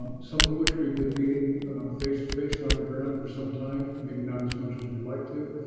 some of which we've been meeting face-to-face and on the ground for some time maybe not as much as we'd like to.